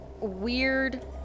weird